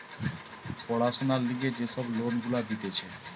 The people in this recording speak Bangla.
পড়াশোনার লিগে যে সব লোন গুলা দিতেছে